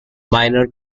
minor